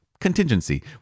contingency